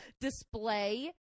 display